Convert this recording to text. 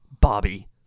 Bobby